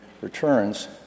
returns